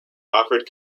offered